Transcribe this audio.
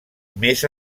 més